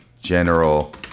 general